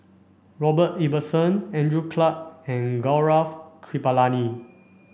Robert Ibbetson Andrew Clarke and Gaurav Kripalani